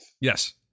Yes